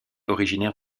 originaire